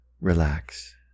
relax